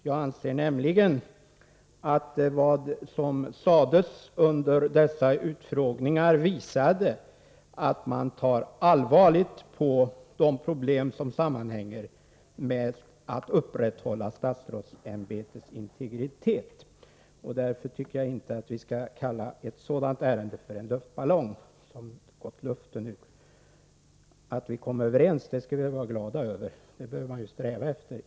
Jag anser nämligen att vad som sades under dessa utfrågningar visade att man tar allvarligt på de problem som sammanhänger med att upprätthålla statsrådsämbetets integritet. Därför tycker jag inte att man skall kalla sådana ärenden en ballong som luften gått ur. Att vi kom överens skall vi vara glada över — det bör vi ju sträva efter.